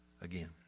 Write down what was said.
again